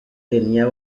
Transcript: tenía